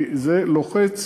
כי זה לוחץ,